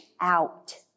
out